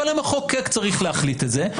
אבל המחוקק צריך להחליט את זה,